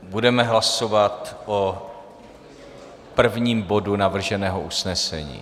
Budeme hlasovat o prvním bodu navrženého usnesení.